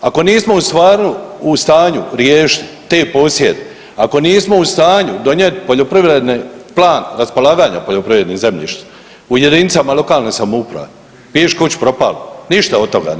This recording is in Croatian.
Ako nismo u stanju riješiti te posjede, ako nismo u stanju donijeti poljoprivredni plan raspolaganja poljoprivrednim zemljištem u jedinicama lokalne samouprave, piši kući propalo, ništa od toga nema.